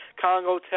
congo